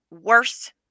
worse